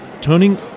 turning